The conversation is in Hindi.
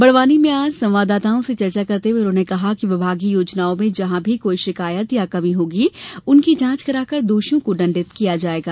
बड़वानी में आज संवाददाताओं से चर्चा करते हुए उन्होंने कहा कि विभागीय योजनाओं में जहां भी कोई शिकायत या कमी होगी उनकी जांच कराकर दोषियों को दंडित कराया जाएगा